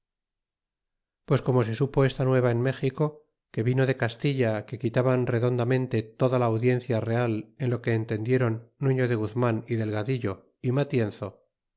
pues como se supo esta nueva en méxico que vino de castilla que quitaban redondamente toda la audi en cia real en lo que entendieron n uño de guzman y del gadillo y matienzo